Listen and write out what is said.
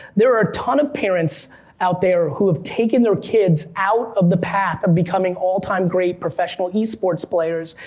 there are a ton of parents out there who have taken their kids out of the path of becoming all time great professional esports players,